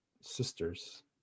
Sisters